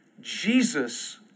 Jesus